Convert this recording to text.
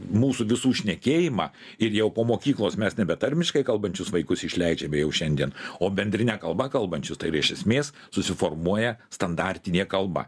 mūsų visų šnekėjimą ir jau po mokyklos mes nebe tarmiškai kalbančius vaikus išleidžiame jau šiandien o bendrine kalba kalbančius tai ir iš esmės susiformuoja standartinė kalba